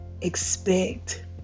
expect